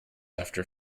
after